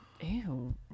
Ew